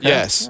Yes